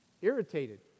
irritated